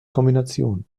kombination